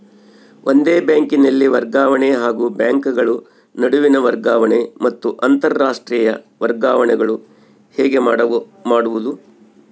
ಒಂದೇ ಬ್ಯಾಂಕಿನಲ್ಲಿ ವರ್ಗಾವಣೆ ಹಾಗೂ ಬ್ಯಾಂಕುಗಳ ನಡುವಿನ ವರ್ಗಾವಣೆ ಮತ್ತು ಅಂತರಾಷ್ಟೇಯ ವರ್ಗಾವಣೆಗಳು ಹೇಗೆ ಮಾಡುವುದು?